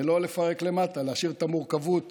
ולא לפרק למטה, להשאיר את המורכבות